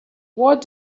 what